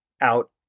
out